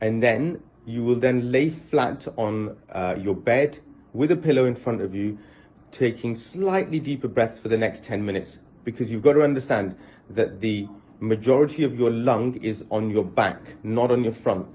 and then you will lay flat on your bed with a pillow in front of you taking slightly deeper breaths for the next ten minutes because you've got to understand that the majority of your lung is on your back not on your front,